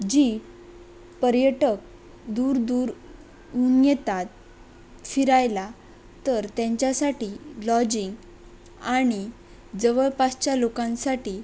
जी पर्यटक दूरदूरहून येतात फिरायला तर त्यांच्यासाठी लॉजिंग आणि जवळपासच्या लोकांसाठी